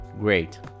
Great